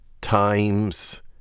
times